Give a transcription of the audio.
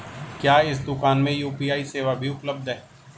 क्या इस दूकान में यू.पी.आई सेवा भी उपलब्ध है?